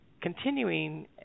continuing